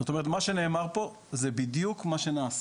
זאת אומרת מה שנאמר פה הוא בדיוק מה שנעשה.